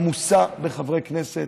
הכנסת עמוסה בחברי כנסת,